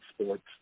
sports